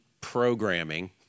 programming